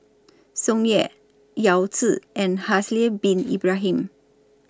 Tsung Yeh Yao Zi and Haslir Bin Ibrahim